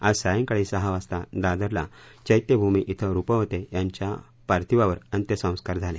आज सायंकाळी सहा वाजता दादरला चैत्यभूमी क्रें रुपवते यांच्या पार्थिवावर अंतिम संस्कार झाले